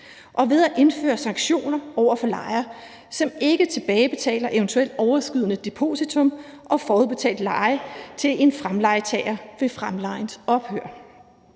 og ved at indføre sanktioner over for lejere, som ikke tilbagebetaler et eventuelt overskydende depositum og forudbetalt leje til en fremlejetager ved fremlejens ophør.